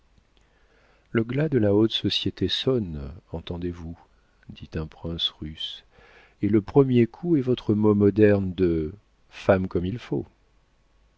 le glas de la haute société sonne entendez-vous dit un prince russe et le premier coup est votre mot moderne de femme comme il faut